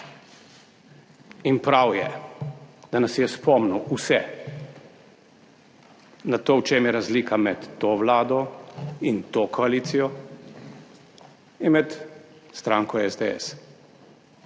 In prav je, da nas je spomnil vse na to, v čem je razlika med to vlado in to koalicijo in med stranko SDS,